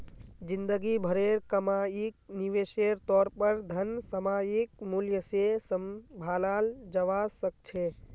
जिंदगी भरेर कमाईक निवेशेर तौर पर धन सामयिक मूल्य से सम्भालाल जवा सक छे